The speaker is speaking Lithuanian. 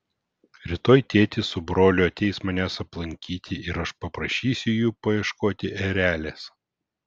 rytoj tėtis su broliu ateis manęs aplankyti ir aš paprašysiu jų paieškoti erelės